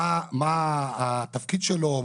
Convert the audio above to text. מה התפקיד שלו,